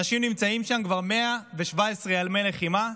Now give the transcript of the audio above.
אנשים נמצאים כבר ב-117 ימי לחימה,